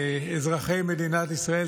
אזרחי מדינת ישראל,